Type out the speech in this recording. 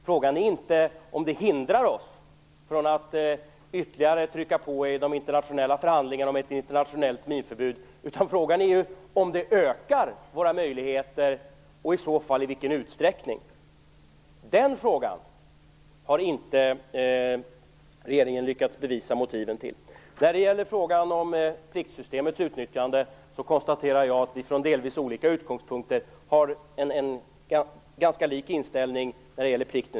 Frågan är inte om detta hindrar oss från att ytterligare trycka på i de internationella förhandlingarna om ett internationellt minförbud, utan frågan är om det ökar våra möjligheter - det har regeringen inte lyckats bevisa - och i så fall i vilken utsträckning. När det gäller frågan om pliktsystemets utnyttjande konstaterar jag att vi från delvis olika utgångspunkter har liknande inställning.